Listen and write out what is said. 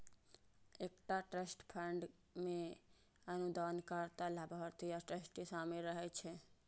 एकटा trust fund मे अनुदानकर्ता, लाभार्थी आ ट्रस्टी शामिल रहै छै